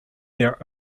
their